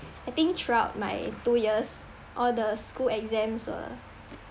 I think throughout my two years all the school exams were